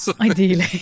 Ideally